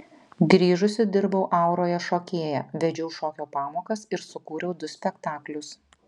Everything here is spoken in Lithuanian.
grįžusi dirbau auroje šokėja vedžiau šokio pamokas ir sukūriau du spektaklius